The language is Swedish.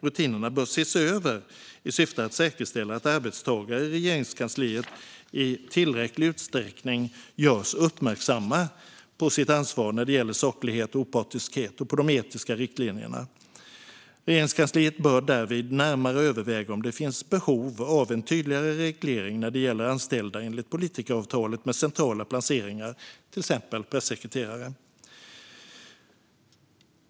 Rutinerna bör ses över i syfte att säkerställa att arbetstagare i Regeringskansliet i tillräcklig utsträckning görs uppmärksamma på sitt ansvar när det gäller saklighet och opartiskhet och på de etiska riktlinjerna. Regeringskansliet bör därvid närmare överväga om det finns behov av en tydligare reglering när det gäller anställda enligt politikeravtalet med centrala placeringar, till exempel pressekreterare.